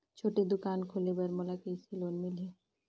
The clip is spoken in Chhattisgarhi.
छोटे दुकान खोले बर मोला कइसे लोन मिलही?